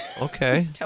Okay